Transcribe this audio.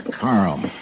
Carl